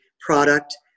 product